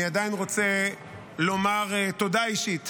אני עדיין רוצה לומר תודה אישית